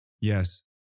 Yes